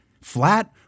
flat